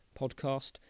podcast